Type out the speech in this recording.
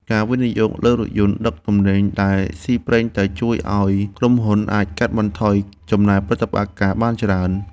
ការវិនិយោគលើរថយន្តដឹកទំនិញដែលស៊ីប្រេងតិចជួយឱ្យក្រុមហ៊ុនអាចកាត់បន្ថយចំណាយប្រតិបត្តិការបានច្រើន។